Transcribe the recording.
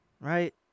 right